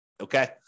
Okay